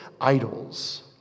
idols